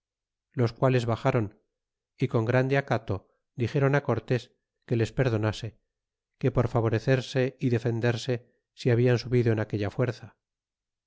los quales baxron y con grande acato dixéron cortes que les perdonase que por favorecerse y defenderse se hablan subido en aquella fuerza